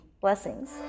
blessings